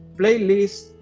playlist